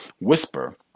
whisper